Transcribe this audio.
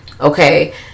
okay